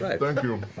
thank you.